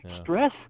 Stress